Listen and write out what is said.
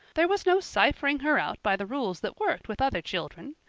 there was no ciphering her out by the rules that worked with other children.